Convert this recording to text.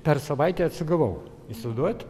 per savaitę atsigavau įsivaizduojat